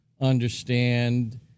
understand